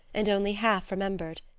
and only half remembered.